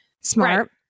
smart